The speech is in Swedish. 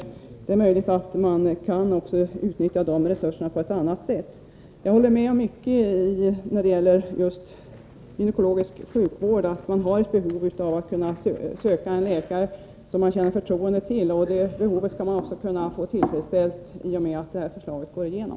Det är möjligt att resurserna kan utnyttjas på ett annat sätt. Jag håller med om att man när det gäller gynekologisk sjukvård har ett behov av att söka en läkare som man känner förtroende för. Det behovet skall man också kunna få tillfredsställt sedan detta förslag gått igenom.